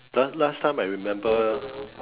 last last time I remember